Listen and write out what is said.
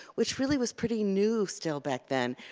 which really was pretty new, still back then,